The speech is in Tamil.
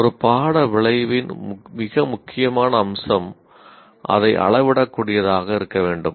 ஒரு பாட விளைவுவின் மிக முக்கியமான அம்சம் அதை அளவிடக்கூடியதாக இருக்க வேண்டும்